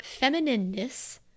feminineness